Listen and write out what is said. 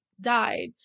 died